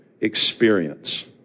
experience